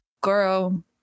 Girl